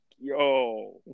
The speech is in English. yo